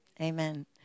Amen